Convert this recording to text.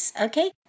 Okay